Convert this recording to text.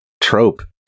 trope